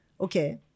Okay